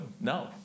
no